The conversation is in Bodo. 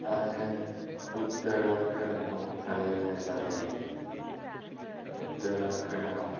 आङो उत्तराखान्दाव थांनो मोजां मोनो उत्तराखान्दाव